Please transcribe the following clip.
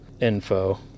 info